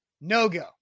no-go